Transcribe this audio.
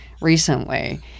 recently